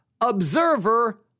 observer